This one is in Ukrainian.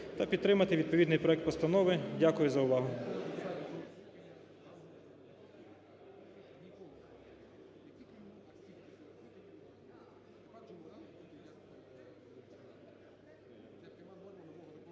та підтримати відповідний проект постанови. Дякую за увагу.